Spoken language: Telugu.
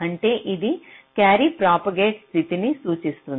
అంటే ఇది క్యారీ ప్రాపగేట్ స్థితిని సూచిస్తుంది